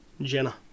Jenna